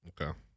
Okay